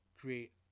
create